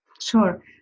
Sure